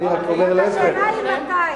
השאלה היא מתי.